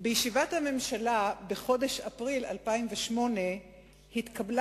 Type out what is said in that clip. בישיבת הממשלה בחודש אפריל 2008 התקבלה